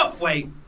Wait